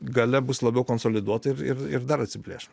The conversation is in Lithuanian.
galia bus labiau konsoliduota ir ir ir dar atsiplėš